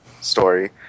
story